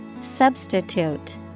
Substitute